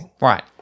Right